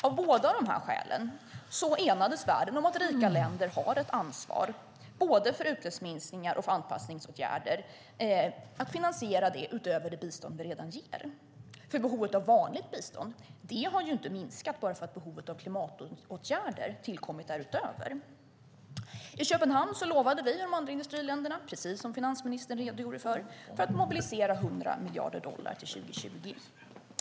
Av båda dessa skäl enades världen om att vi i de rika länderna har ett ansvar för att, utöver det bistånd som vi ger, finansiera klimatåtgärder i fattiga länder, både utsläppsminskningar och anpassningsåtgärder. Behovet av vanligt bistånd har inte minskat bara för att behovet av klimatåtgärder har tillkommit. I Köpenhamn lovade vi och de andra industriländerna, precis som finansministern redogjorde för, att mobilisera 100 miljarder dollar till 2020.